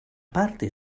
parte